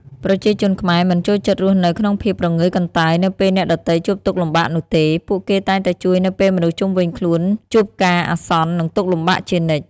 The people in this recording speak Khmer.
ប្រជាជនខ្មែរមិនចូលចិត្តរស់នៅក្នុងភាំពព្រងើយកន្តើយនៅពេលអ្នកដ៏ទៃជួបទុកលំបាកនោះទេ ពួកគេតែងតែជួយនៅពេលមនុស្សជំវិញខ្លួនជួបការអាសន្ននិងទុក្ខលំបាកជានិច្ច។